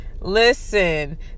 listen